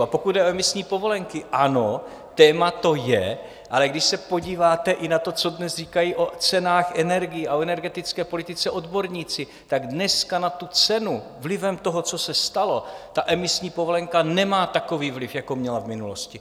A pokud jde o emisní povolenky, ano, téma to je, ale když se podíváte i na to, co dnes říkají o cenách energií a o energetické politice odborníci, tak dneska na tu cenu vlivem toho, co se stalo, emisní povolenka nemá takový vliv, jako měla v minulosti.